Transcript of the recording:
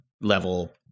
level